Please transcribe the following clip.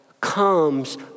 comes